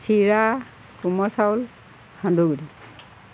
চিৰা কোমল চাউল সান্দহ গুড়ি